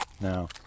now